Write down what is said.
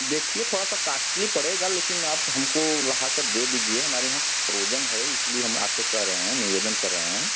देखिए थोड़ा सा कॉस्टली पड़ेगा लेकिन आप हमको ला कर दे दीजिए हमारे यहाँ प्रयोजन है इसलिए हम आपसे कह रहे हैं निवेदन कर रहे हैं